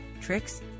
tricks